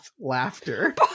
laughter